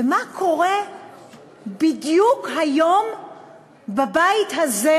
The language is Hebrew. ומה קורה בדיוק היום בבית הזה,